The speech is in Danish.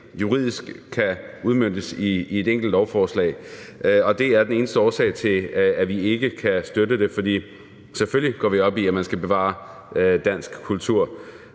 juridisk kan udmøntes i et enkelt lovforslag, og det er den eneste årsag til, at vi ikke kan støtte det. For selvfølgelig går vi op i, at man skal bevare dansk kultur.